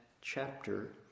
chapter